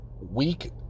weak